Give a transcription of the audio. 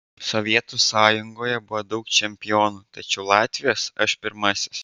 sovietų sąjungoje buvo daug čempionų tačiau latvijos aš pirmasis